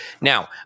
now